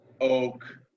oak